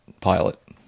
pilot